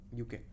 UK